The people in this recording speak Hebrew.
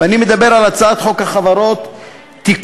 ואני מדבר על הצעת חוק החברות (תיקון,